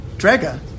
Draga